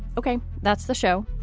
ok, that's the show.